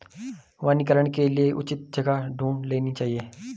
वनीकरण के लिए उचित जगह ढूंढ लेनी चाहिए